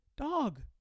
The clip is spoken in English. dog